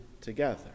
together